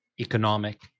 economic